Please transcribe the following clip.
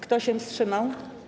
Kto się wstrzymał?